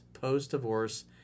post-divorce